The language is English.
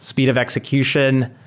speed of execution,